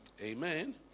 Amen